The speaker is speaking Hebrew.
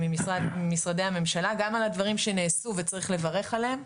ממשרדי הממשלה גם על הדברים שנעשו וצריך לברך עליהם,